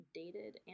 dated